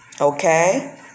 okay